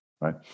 right